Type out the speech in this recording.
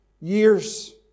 years